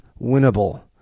winnable